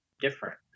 different